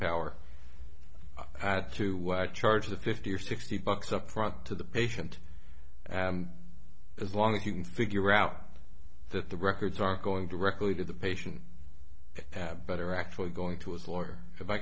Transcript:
power to charge the fifty or sixty bucks upfront to the patient as long as you can figure out that the records are going directly to the patient better actually going to his lawyer if i